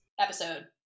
episode